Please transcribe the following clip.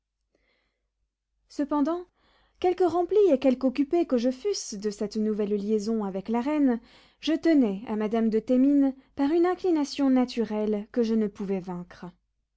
cependant quelque rempli et quelque occupé que je fusse de cette nouvelle liaison avec la reine je tenais à madame de thémines par une inclination naturelle que je ne pouvais vaincre